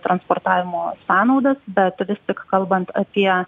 transportavimo sąnaudas bet vis tik kalbant apie